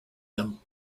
them